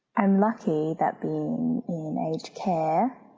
i'm lucky that being in aged care,